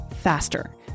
faster